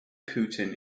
putin